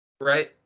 right